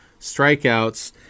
strikeouts